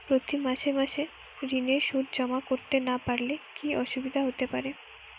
প্রতি মাসে মাসে ঋণের সুদ জমা করতে না পারলে কি অসুবিধা হতে পারে?